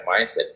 mindset